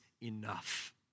enough